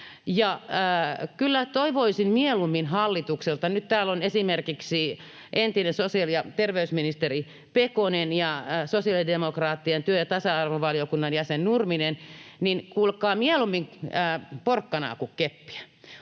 toivoisin hallitukselta — nyt täällä on esimerkiksi entinen sosiaali- ja terveysministeri Pekonen ja sosiaalidemokraattien työ- ja tasa-arvovaliokunnan jäsen Nurminen — kuulkaa, mieluummin porkkanaa kuin keppiä.